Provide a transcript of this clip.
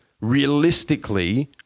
realistically